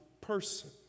person